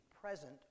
present